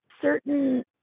Certain